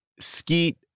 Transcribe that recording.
Skeet